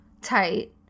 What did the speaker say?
tight